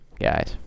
guys